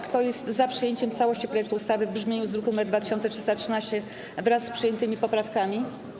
Kto jest za przyjęciem w całości projektu ustawy w brzmieniu z druku nr 2313, wraz z przyjętymi poprawkami?